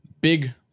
big